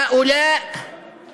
תנו לי להשלים את המשפט האחרון שלי לפחות.